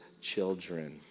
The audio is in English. children